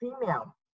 Female